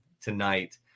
tonight